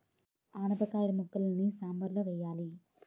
ఆనపకాయిల ముక్కలని సాంబారులో వెయ్యాలి